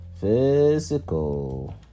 Physical